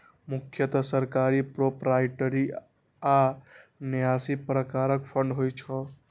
मुख्यतः सरकारी, प्रोपराइटरी आ न्यासी प्रकारक फंड होइ छै